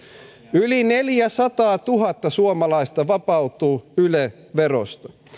yli neljäsataatuhatta suomalaista vapautuu yle verosta